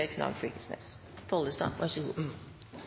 den runden som